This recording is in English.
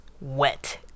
Wet